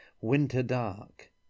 winter-dark